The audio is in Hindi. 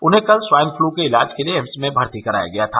उन्हें कल स्वाइन फ्लू के इलाज के लिये एम्स में भर्ती कराया गया था